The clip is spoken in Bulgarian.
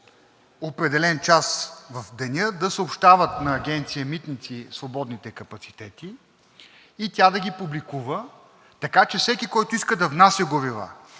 определен час в деня да съобщават на Агенция „Митници“ свободните капацитети и тя да ги публикува, така че всеки, който иска да внася горива,